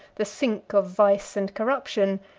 the sink of vice and corruption,